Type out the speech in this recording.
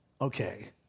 okay